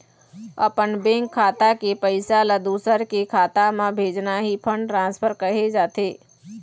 अपन बेंक खाता के पइसा ल दूसर के खाता म भेजना ही फंड ट्रांसफर कहे जाथे